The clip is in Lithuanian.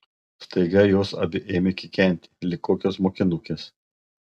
staiga jos abi ėmė kikenti lyg kokios mokinukės